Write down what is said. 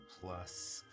plus